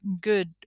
good